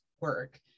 work